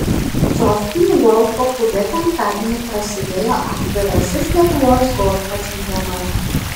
sostinių golfo klube penktadienį prasidėjo atvirasis lietuvos golfo čempionatas